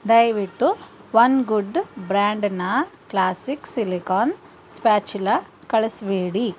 ದಯವಿಟ್ಟು one good ಬ್ರ್ಯಾಂಡ್ನ classic silicone spatula ಕಳಿಸ್ಬೇಡಿ